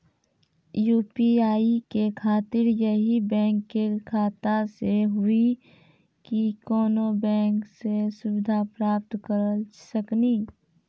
UPI के खातिर यही बैंक के खाता से हुई की कोनो बैंक से सुविधा प्राप्त करऽ सकनी?